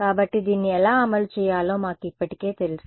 కాబట్టిదీన్ని ఎలా అమలు చేయాలో మాకు ఇప్పటికే తెలుసు